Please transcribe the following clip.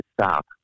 stop